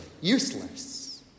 useless